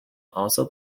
also